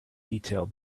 detail